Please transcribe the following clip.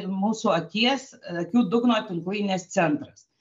mūsų akies akių dugno tinklainės centras